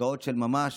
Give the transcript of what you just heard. עסקאות של ממש.